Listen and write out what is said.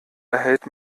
erhält